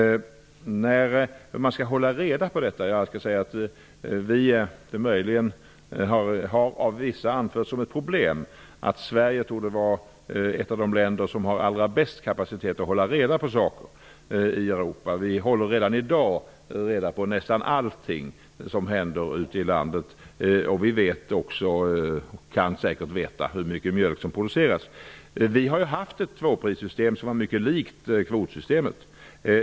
Det finns möjligen vissa som har anfört att det är ett problem att hålla reda på detta. Jag skall säga att Sverige torde vara ett av de länder i Europa som har den allra bästa kapaciteten för att hålla reda på saker. Redan i dag håller vi reda på nästan allting som händer ute i landet. Vi kan säkert också hålla ordning på hur mycket mjölk som produceras. Vi har haft ett tvåprissystem som var mycket likt kvotsystemet.